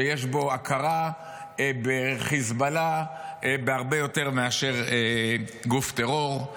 שיש בו הכרה בחיזבאללה כהרבה יותר מאשר גוף טרור.